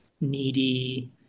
needy